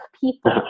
people